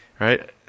right